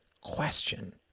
question